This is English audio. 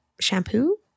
shampoo